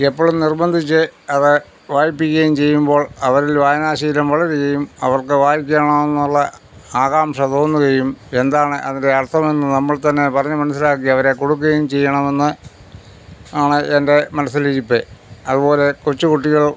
എപ്പോഴും നിർബന്ധിച്ച് അത് വായിപ്പിക്കുകയും ചെയ്യുമ്പോൾ അവരിൽ വായനാശീലം വളരുകയും അവർക്ക് വായിക്കണമെന്നുള്ള ആകാംക്ഷ തോന്നുകയും എന്താണ് അതിന്റെ അർത്ഥമെന്ന് നമ്മൾ തന്നെ പറഞ്ഞ് മനസ്സിലാക്കി അവരെ കൊടുക്കുകയും ചെയ്യണമെന്ന് ആണ് എന്റെ മനസ്സിലിരിപ്പ് അതുപോലെ കൊച്ചുകുട്ടികൾ